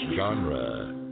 genre